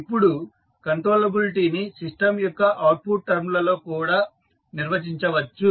ఇప్పుడు కంట్రోలబిలిటీ ని సిస్టమ్ యొక్క అవుట్పుట్ టర్మ్ లలో కూడా నిర్వచించవచ్చు